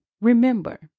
Remember